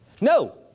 No